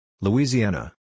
Louisiana